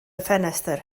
ffenestr